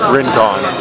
Rincon